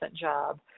job